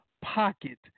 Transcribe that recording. pocket